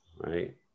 right